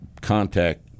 contact